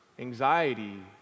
anxiety